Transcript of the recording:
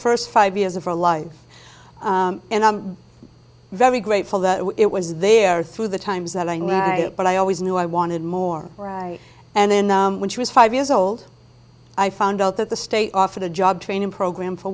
first five years of her life and i'm very grateful that it was there through the times that i knew it but i always knew i wanted more and then when she was five years old i found out that the state offered a job training program for